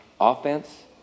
Offense